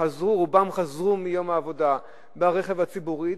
רובם חזרו מיום העבודה ברכב הציבורי,